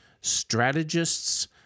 strategists